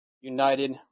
united